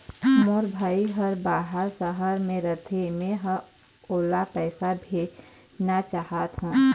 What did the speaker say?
मोर भाई हर बाहर शहर में रथे, मै ह ओला पैसा भेजना चाहथों